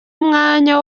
umwanya